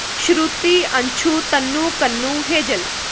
Shruti Anshu Tannu Kannu Hazel